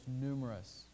numerous